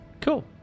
Cool